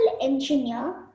engineer